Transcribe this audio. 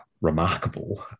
remarkable